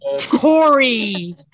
Corey